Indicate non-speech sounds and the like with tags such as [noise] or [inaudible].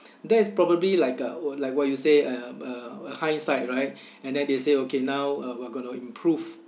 [breath] that is probably like uh wh~ like what you say um uh uh hindsight right [breath] and then they say okay now uh we're gonna improve